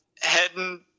heading